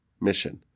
mission